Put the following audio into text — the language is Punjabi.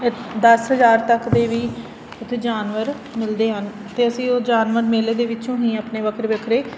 ਦਸ ਹਜ਼ਾਰ ਤੱਕ ਦੇ ਵੀ ਉੱਥੇ ਜਾਨਵਰ ਮਿਲਦੇ ਹਨ ਅਤੇ ਅਸੀਂ ਉਹ ਜਾਨਵਰ ਮੇਲੇ ਦੇ ਵਿੱਚੋਂ ਹੀ ਆਪਣੇ ਵੱਖਰੇ ਵੱਖਰੇ